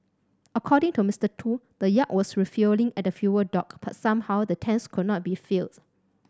according to Mister Tu the yacht was refuelling at the fuel dock but somehow the tanks could not be filled